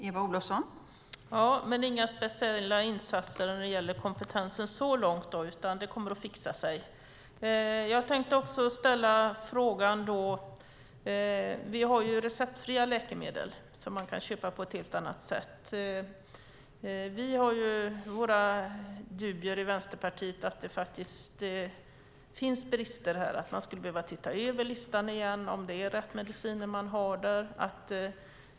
Fru talman! Ja, men det är alltså inga speciella insatser när det gäller kompetensen så långt, utan det kommer att fixa sig. Jag tänkte ställa en annan fråga. Vi har receptfria läkemedel som man kan köpa på ett helt annat sätt. Vi har våra dubier i Vänsterpartiet. Det finns faktiskt brister här. Man skulle behöva titta över listan igen och se om det är rätt mediciner där.